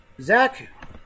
Zach